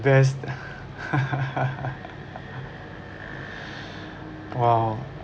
my best !wow!